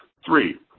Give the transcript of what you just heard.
three,